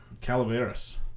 Calaveras